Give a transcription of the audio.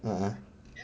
a'ah